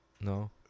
no